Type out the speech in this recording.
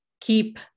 keep